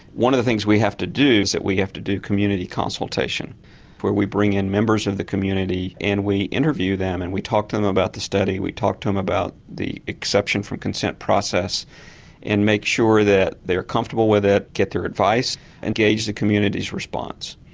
one of the things we have to do is that we have to do community consultation where we bring in members of the community and we interview them and we talk to them about the study, we talk to them about the exception from consent process and make sure that they are comfortable with it, get their advice and engage the community's response.